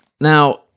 now